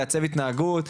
לעצב התנהגות,